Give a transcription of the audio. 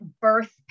birth